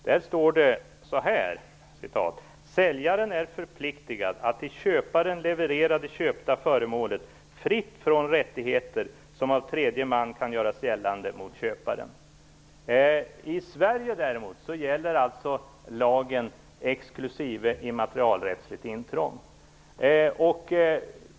Herr talman! Jag kan citera motsvarande tyska lagstiftning. Där står det: Säljaren är förpliktad att till köparen leverera det köpta föremålet fritt från rättigheter som av tredje man kan göras gällande mot köparen. I Sverige gäller lagen däremot exklusive immaterialrättsligt intrång.